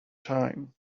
time